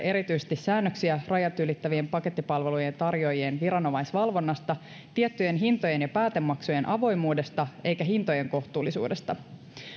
erityisesti säännöksiä rajat ylittävien pakettipalvelujen tarjoajien viranomaisvalvonnasta tiettyjen hintojen ja päätemaksujen avoimuudesta eikä hintojen kohtuullisuudesta